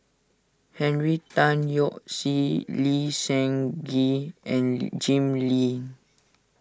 Henry Tan Yoke See Lee Seng Gee and Jim Lim